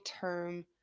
term